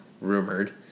rumored